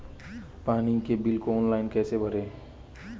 पानी के बिल को ऑनलाइन कैसे भरें?